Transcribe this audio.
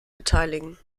beteiligen